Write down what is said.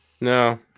No